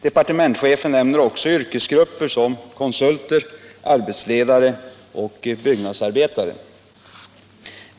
Departementschefen nämner också yrkesgrupper som konsulter, arbetsledare och byggnadsarbetare.